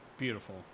beautiful